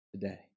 today